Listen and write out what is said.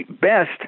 best